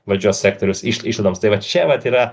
valdžios sektoriaus išlaidoms tai vat čia vat yra